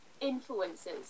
influences